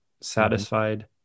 satisfied